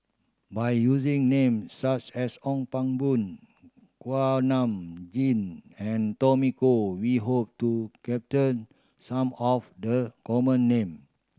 by using name such as Ong Pang Boon Kuak Nam Jin and Tommy Koh we hope to capter some of the common name